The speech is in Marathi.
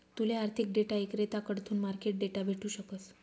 तूले आर्थिक डेटा इक्रेताकडथून मार्केट डेटा भेटू शकस